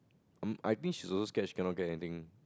um I think she's also scared she cannot get anything